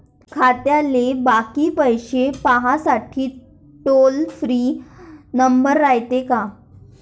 खात्यातले बाकी पैसे पाहासाठी टोल फ्री नंबर रायते का?